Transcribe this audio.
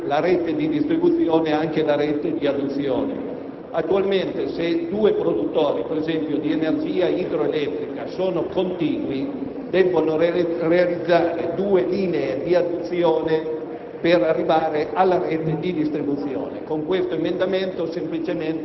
si vuole consentire a più produttori di condividere, oltre alla rete di distribuzione, anche la rete di adduzione. Attualmente, se due produttori, per esempio di energia idroelettrica, sono contigui, debbono realizzare due linee di adduzione